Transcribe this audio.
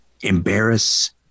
embarrass